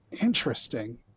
interesting